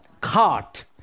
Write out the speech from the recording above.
cart